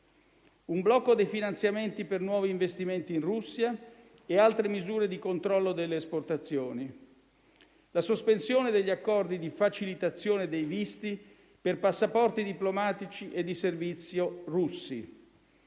un blocco dei finanziamenti per nuovi investimenti in Russia e altre misure di controllo delle esportazioni; la sospensione degli accordi di facilitazione dei visti per passaporti diplomatici e di servizio russi.